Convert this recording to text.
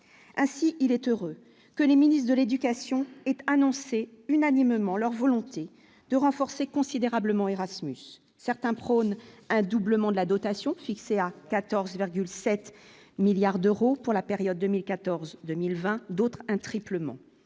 ainsi il est heureux que les ministre de l'éducation et annoncé unanimement leur volonté de renforcer considérablement Erasmus, certains prônent un doublement de la dotation fixée à 14,7 milliards d'euros pour la période 2014, 2020, d'autres un triplement